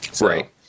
Right